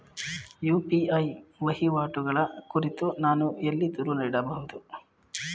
UPI ವಹಿವಾಟುಗಳ ಕುರಿತು ನಾನು ಎಲ್ಲಿ ದೂರು ನೀಡಬಹುದು?